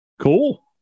Cool